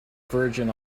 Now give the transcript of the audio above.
virgin